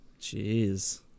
Jeez